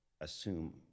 assume